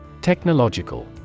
Technological